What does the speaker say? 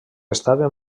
estaven